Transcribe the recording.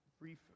brief